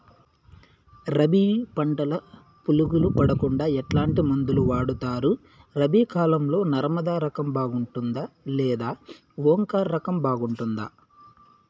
రబి పంటల పులుగులు పడకుండా ఎట్లాంటి మందులు వాడుతారు? రబీ కాలం లో నర్మదా రకం బాగుంటుందా లేదా ఓంకార్ రకం బాగుంటుందా?